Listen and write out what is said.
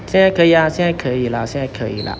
现在呀现在可以 lah 现在可以 lah